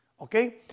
okay